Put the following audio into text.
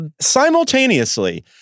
simultaneously